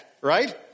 right